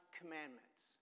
commandments